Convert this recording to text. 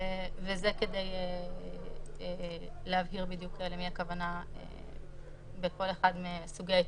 וזה כדי להבהיר בדיוק למי הכוונה בכל אחד מסוגי ההתאגדויות.